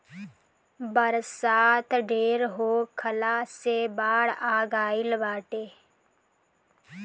बरसात ढेर होखला से बाढ़ आ गइल बाटे